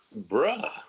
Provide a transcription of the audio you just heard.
Bruh